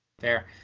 Fair